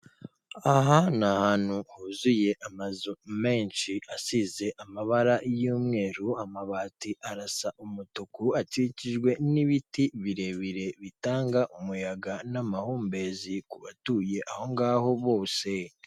Aha ni ahantu huzuye amazu menshi asize amabara y'umweru, amabati arasa umutuku akikijwe n'ibiti birebire bitanga umuyaga n'amahumbezi ku batuye aho ngaho bose.